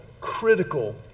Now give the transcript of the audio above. critical